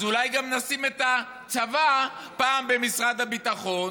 אז אולי גם נשים את הצבא פעם במשרד הביטחון,